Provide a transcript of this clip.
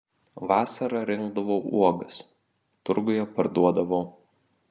vasarą rinkdavau uogas turguje parduodavau